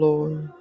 Lord